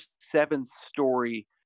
seven-story